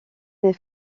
des